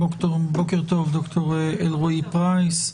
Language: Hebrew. בוקר טוב, ד"ר אלרעי פרייס.